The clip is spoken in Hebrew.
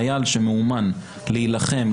חייל שמאומנן להילחם,